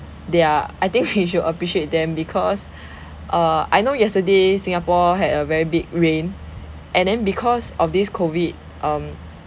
they are I think we should appreciate them because uh I know yesterday singapore had a very big rain and then because of this COVID um